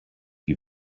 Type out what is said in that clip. you